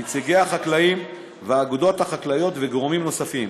נציגי החקלאים והאגודות החקלאיות וגורמים נוספים.